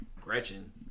Gretchen